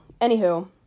Anywho